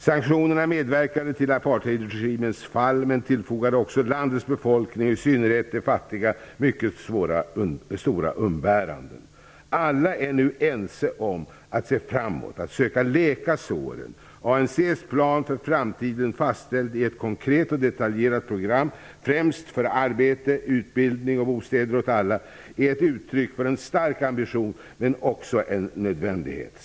Sanktionerna medverkade till apartheidregimens fall men tillfogade också landets befolkning och i synnerhet de fattiga mycket stora umbäranden. Alla är nu ense om att se framåt, att söka läka såren. ANC:s plan för framtiden, fastställd i ett konkret och detaljerat program, främst för arbete, utbildning och bostäder åt alla, är ett uttryck för en stark ambition men också en nödvändighet.